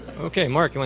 okay, mark. and